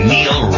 Neil